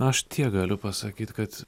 aš tiek galiu pasakyt kad